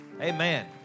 Amen